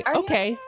okay